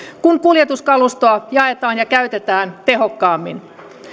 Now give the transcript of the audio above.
kun kuljetuskalustoa jaetaan ja käytetään tehokkaammin